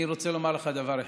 אני רוצה לומר לך דבר אחד: